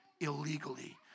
illegally